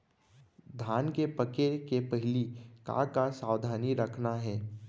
धान के पके के पहिली का का सावधानी रखना हे?